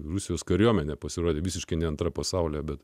rusijos kariuomenė pasirodė visiškai antra pasaulyje bet